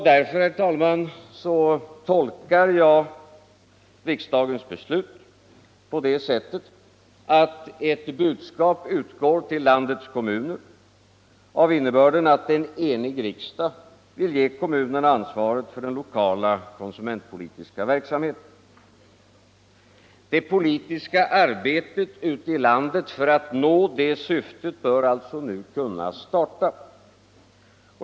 Därför, herr talman, tolkar jag riksdagens beslut på det sättet att ett budskap utgår till landets kommuner av innebörden att en enig riksdag vill ge kommunerna ansvaret för den lokala konsumentpolitiska verksamheten. Det politiska arbetet ute i landet för att nå det syftet bör alltså nu kunna starta.